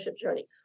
journey